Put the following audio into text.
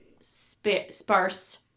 sparse